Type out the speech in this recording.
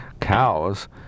cows